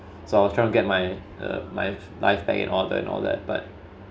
so I was trying to get my uh my life back in order and all that but